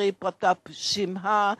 מר פרטהפ שימהה,